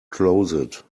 closet